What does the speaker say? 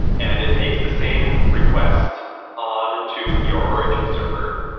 and it makes the same request on to your origin server,